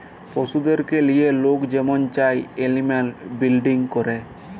পশুদেরকে লিঁয়ে লক যেমল চায় এলিম্যাল বিরডিং ক্যরে